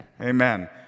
Amen